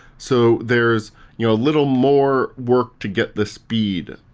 so there's your little more work to get the speed.